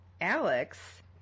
Alex